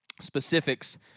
specifics